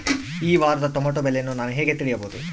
ಈ ವಾರದ ಟೊಮೆಟೊ ಬೆಲೆಯನ್ನು ನಾನು ಹೇಗೆ ತಿಳಿಯಬಹುದು?